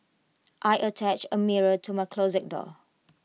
I attached A mirror to my closet door